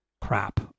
crap